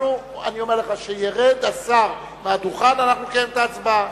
אני אומר לך שכשירד השר מהדוכן אנחנו נקיים את ההצבעה.